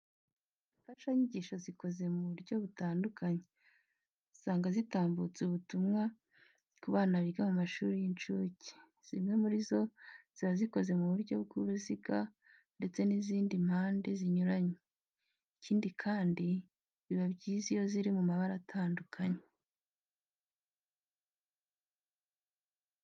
Imfashanyigisho zikoze mu buryo butandukanye, usanga zitambutsa ubutumwa ku bana biga mu mashuri y'incuke. Zimwe muri zo ziba zikoze mu buryo bw'urusiga ndetse n'izindi mpande zinyuranye. Ikindi kandi biba byiza iyo ziri mu mabara atandukanye.